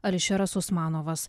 ališeras usmanovas